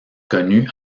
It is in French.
connu